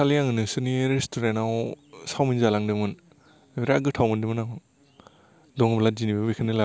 दाखालि आङो नोंसोरनि रेस्टुरेन्ट आव सावमिन जालांदोंमोन बिराथ गोथाव मोन्दोंमोन आं दङब्ला दिनैबो बेखौनो लाबोदो दे